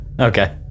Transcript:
okay